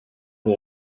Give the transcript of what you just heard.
who